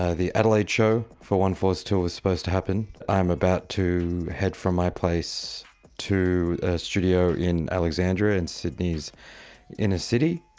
ah the adelaide show for one four's tour was supposed to happen i'm about to head from my place to a studio in alexandria in sydney's inner city,